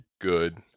good